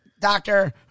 doctor